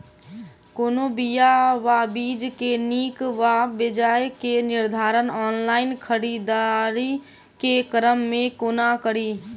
कोनों बीया वा बीज केँ नीक वा बेजाय केँ निर्धारण ऑनलाइन खरीददारी केँ क्रम मे कोना कड़ी?